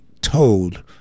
told